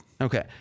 Okay